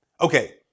Okay